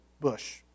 bush